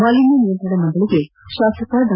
ಮಾಲಿನ್ಯ ನಿಯಂತ್ರಣ ಮಂಡಳಿಗೆ ಶಾಸಕ ಡಾ